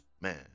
man